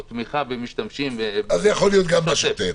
תמיכה במשתמשים --- אז זה יכול להיות גם בשוטף.